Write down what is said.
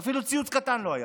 אפילו ציוץ קטן לא היה.